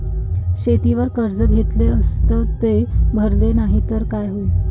शेतीवर कर्ज घेतले अस ते भरले नाही तर काय होईन?